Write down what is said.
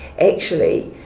actually,